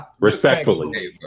Respectfully